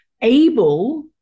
able